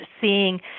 seeing